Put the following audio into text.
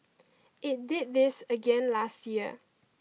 it did this again last year